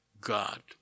God